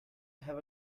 have